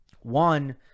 One